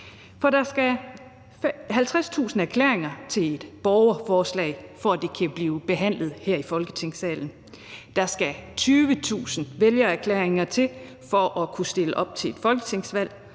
der skal 50.000 støtteerklæringer til et borgerforslag, for at det kan blive behandlet her i Folketingssalen. Der skal 20.000 vælgererklæringer til for at kunne stille op til et folketingsvalg.